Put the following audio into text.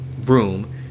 room